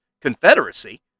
Confederacy